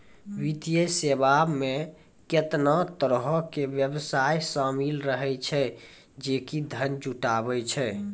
वित्तीय सेवा मे केतना तरहो के व्यवसाय शामिल रहै छै जे कि धन जुटाबै छै